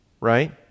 right